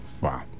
wow